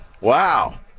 Wow